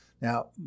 Now